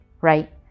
right